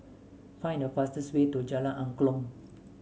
find the fastest way to Jalan Angklong